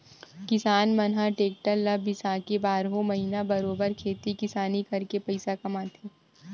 किसान मन ह टेक्टर ल बिसाके बारहो महिना बरोबर खेती किसानी करके पइसा कमाथे